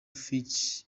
fritz